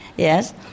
Yes